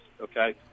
okay